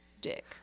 Dick